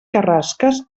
carrasques